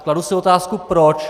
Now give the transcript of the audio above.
Kladu si otázku proč.